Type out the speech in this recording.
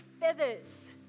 feathers